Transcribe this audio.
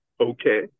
okay